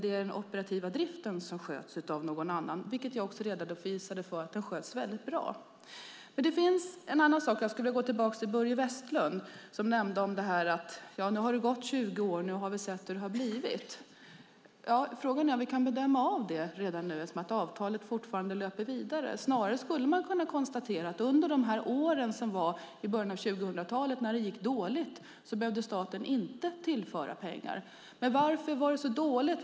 Det är den operativa driften som sköts av någon annan, vilken jag redovisat sköts väldigt bra. Börje Vestlund sade att det har gått 20 år och att vi nu ser hur det blivit. Men frågan är om vi redan nu kan döma av detta. Avtalet löper ju vidare. Snarare skulle man kunna konstatera att staten under de år i början av 2000-talet när det gick dåligt inte behövde tillföra pengar. Varför var det så dåligt?